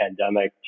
pandemic